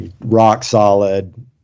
rock-solid